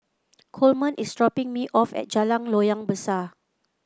Coleman is dropping me off at Jalan Loyang Besar